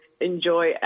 enjoy